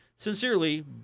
Sincerely